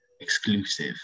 exclusive